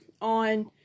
on